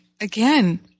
again